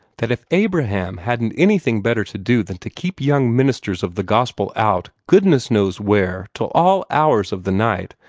that if abraham hasn't anything better to do than to keep young ministers of the gospel out, goodness knows where, till all hours of the night,